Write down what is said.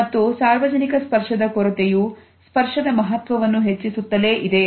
ಮತ್ತು ಸಾರ್ವಜನಿಕ ಸ್ಪರ್ಶದ ಕೊರತೆಯು ಸ್ಪರ್ಶದ ಮಹತ್ವವನ್ನು ಹೆಚ್ಚಿಸುತ್ತಲೇ ಇದೆ